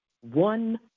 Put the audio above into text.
one